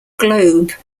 globe